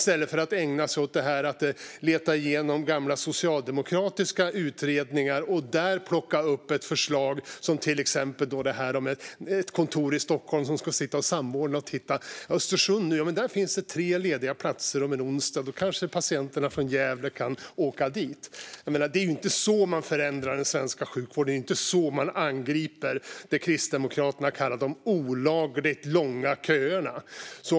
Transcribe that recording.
Det borde man göra i stället för att leta igenom gamla socialdemokratiska utredningar och plocka upp förslag där, till exempel förslaget om ett kontor i Stockholm som ska sitta och samordna och säga: "I Östersund finns det tre lediga platser på onsdag; då kanske patienterna från Gävle kan åka dit." Det är ju inte så man förändrar den svenska sjukvården. Det är inte så man angriper det Kristdemokraterna kallar de olagligt långa köerna.